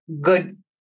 good